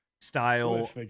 style